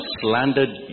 slandered